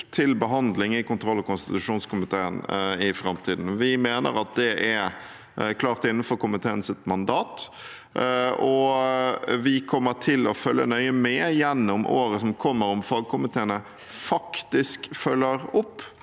til behandling i kontroll- og konstitusjonskomiteen i framtiden. Vi mener det er klart innenfor komiteens mandat, og vi kommer til å følge nøye med gjennom året som kommer om fagkomiteene faktisk følger opp